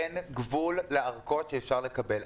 אין גבול לארכות שאפשר לקבל.